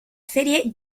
serie